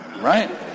right